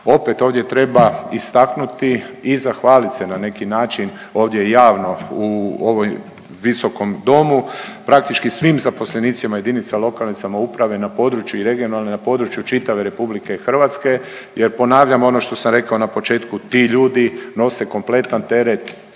Opet ovdje treba istaknuti i zahvalit se na neki način ovdje javno u ovom visokom domu praktički svim zaposlenicima jedinica lokalne samouprave i regionalne na području čitave RH jer ponavljam ono što sam rekao na početku, ti ljudi nose kompletan teret